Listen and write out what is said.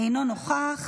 אינו נוכח,